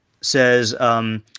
says